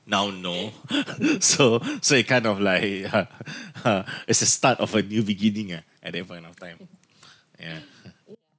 now no so so it kind of like it's the start of a new beginning ah at that point of time yeah